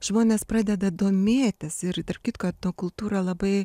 žmonės pradeda domėtis ir tarp kitko etnokultūra labai